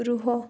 ରୁହ